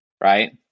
right